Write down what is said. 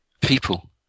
People